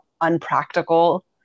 unpractical